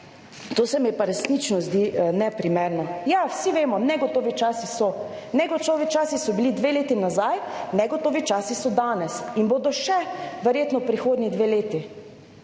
to se mi pa resnično zdi neprimerno. Ja, vsi vemo, negotovi časi so, negotovi časi so bili dve leti nazaj, negotovi časi so danes in bodo še verjetno prihodnji dve leti,